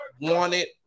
wanted